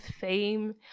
fame